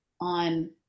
on